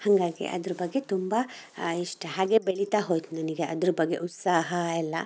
ಹಾಗಾಗಿ ಅದ್ರ ಬಗ್ಗೆ ತುಂಬ ಇಷ್ಟ ಹಾಗೇ ಬೆಳೀತ ಹೋಯ್ತು ನನಗೆ ಅದ್ರ ಬಗ್ಗೆ ಉತ್ಸಾಹ ಎಲ್ಲ